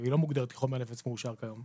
היא לא מוגדרת כחומר נפץ מאושר כיום.